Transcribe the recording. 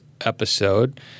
episode